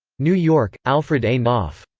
new york alfred a. knopf.